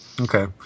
Okay